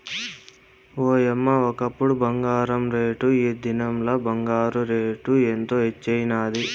ఓయమ్మ, ఒకప్పుడు బంగారు రేటు, ఈ దినంల బంగారు రేటు ఎంత హెచ్చైనాది